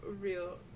real